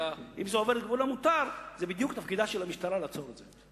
ואם זה עובר את גבול המותר זה בדיוק תפקידה של המשטרה לעצור את זה.